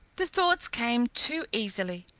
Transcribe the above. the thoughts came too easily.